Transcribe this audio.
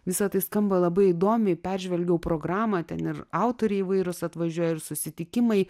visa tai skamba labai įdomiai peržvelgiau programą ten ir autoriai įvairūs atvažiuoja ir susitikimai